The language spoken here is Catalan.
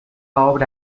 obra